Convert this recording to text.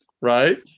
Right